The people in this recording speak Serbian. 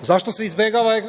Zašto se izbegava